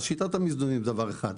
שיטת המזנונים זה דבר אחד.